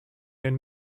den